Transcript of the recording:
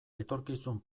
etorkizun